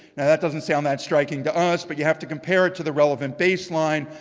and that doesn't sound that striking to us, but you have to compare it to the relevant baseline,